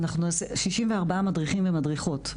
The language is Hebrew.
64 מדריכים ומדריכות,